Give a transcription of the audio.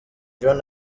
john